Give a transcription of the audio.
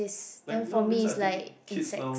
like nowadays I think kids now